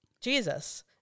Jesus